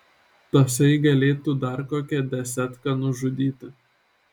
tasai galėtų dar kokią desetką nužudyti